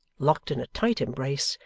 locked in a tight embrace,